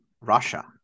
Russia